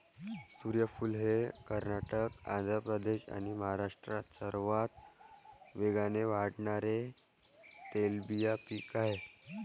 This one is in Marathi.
सूर्यफूल हे कर्नाटक, आंध्र प्रदेश आणि महाराष्ट्रात सर्वात वेगाने वाढणारे तेलबिया पीक आहे